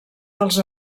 dels